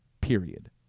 Period